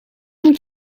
moet